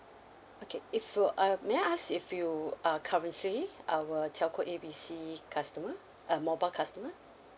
okay if you uh may I ask if you are currently our telco A B C customer uh mobile customer